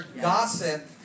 gossip